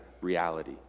reality